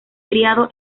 criado